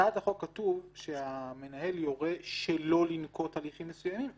בהצעת החוק כתוב שהמנהל יורה שלא לנקוט הליכים מסוימים,